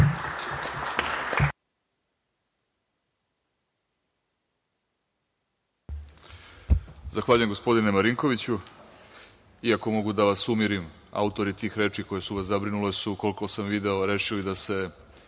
Zahvaljujem, gospodine Marinkoviću. Ako mogu da vas umirim, autori tih reči koje su vas zabrinule su, koliko sam video, rešili da se